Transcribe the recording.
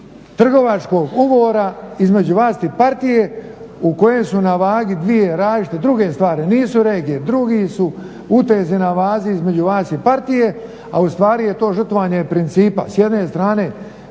trgovačkog ugovora između vas i partije u kojem su na vagi dvije različite druge stvari, nisu regije, drugi su utezi na vazi, između vas i partije, a u stvari je to žrtvovanje principa. S jedne strane,